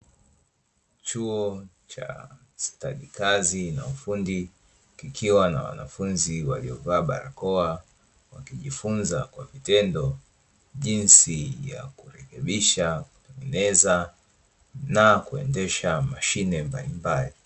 Chuo cha stadi kazi na ufundi kikiwa na wanafunzi waliovaa barakoa, wakijifunza kwa vitendo jinsi ya kurekebisha, kutengeneza na kuendesha mashine mbalimbali.